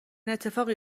اتفاقی